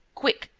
quick,